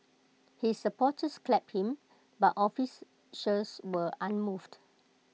his supporters clapped him but office were unmoved